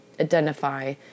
identify